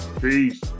Peace